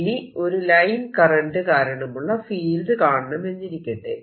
ഇനി ഒരു line current കാരണമുള്ള ഫീൽഡ് കാണണമെന്നിരിക്കട്ടെ